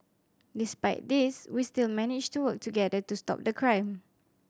despite these we still managed to work together to stop the crime